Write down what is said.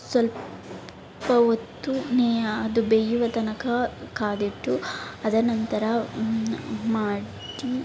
ಸ್ವಲ್ಪ ಹೊತ್ತು ನೇಯ ಅದು ಬೇಯುವ ತನಕ ಕಾದಿಟ್ಟು ಅದನಂತರ ಮಾಡಿ